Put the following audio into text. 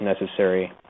necessary